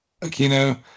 Aquino